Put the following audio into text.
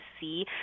see